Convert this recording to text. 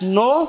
no